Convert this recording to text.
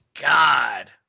God